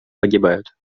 погибают